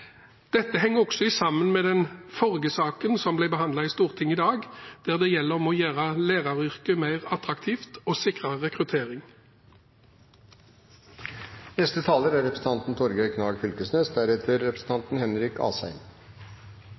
Dette henger også sammen med den forrige saken som ble behandlet i Stortinget i dag, som gjaldt å gjøre læreryrket mer attraktivt og sikre rekruttering. Dette er ein kunnskapsdebatt – la oss halde oss kunnskapsbaserte. Representanten Asheim